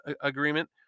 Agreement